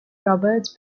roberts